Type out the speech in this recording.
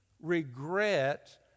regret